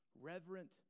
reverent